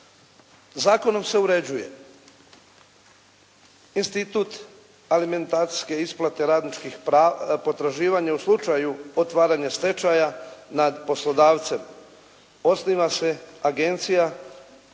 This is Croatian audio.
Zakonom se uređuje institut alimentacijske isplate radničkih potraživanja u slučaju otvaranja stečaja nad poslodavcem, osniva se agencija